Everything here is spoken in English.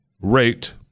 rate